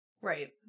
Right